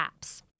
apps